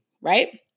right